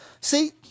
See